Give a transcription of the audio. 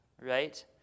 right